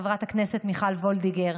לחברת הכנסת מיכל וולדיגר,